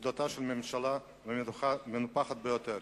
שרידותה של הממשלה המנופחת ביותר